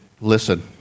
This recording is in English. listen